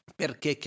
perché